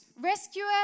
rescuer